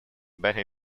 bette